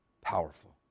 powerful